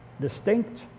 distinct